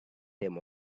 them